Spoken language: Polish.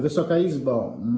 Wysoka Izbo!